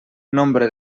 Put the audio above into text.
nombre